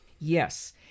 Yes